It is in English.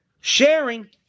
sharing